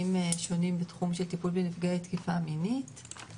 שונים בתחום של טיפול בנפגעי תקיפה מינית,